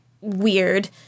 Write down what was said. weird